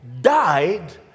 died